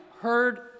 heard